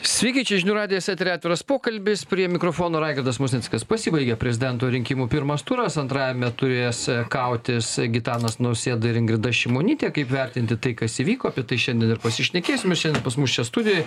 sveiki čia žinių radijas etery atviras pokalbis prie mikrofono raigardas musnickas pasibaigė prezidento rinkimų pirmas turas antrajame turės kautis gitanas nausėda ir ingrida šimonytė kaip vertinti tai kas įvyko apie tai šiandien ir pasišnekėsime šiandien pas mus čia studijoj